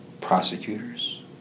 prosecutors